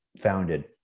founded